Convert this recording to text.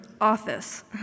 office